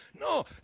No